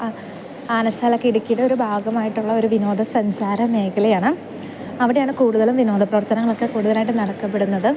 ആ ആനച്ചാലൊക്കെ ഇടുക്കിയിലെ ഒരു ഭാഗമായിട്ടുള്ള ഒരു വിനോദസഞ്ചാര മേഖലയാണ് അവിടെയാണ് കൂടുതലും വിനോദ പ്രവർത്തനങ്ങളൊക്കെ കൂടുതലായിട്ടും നടത്തപ്പെടുന്നത്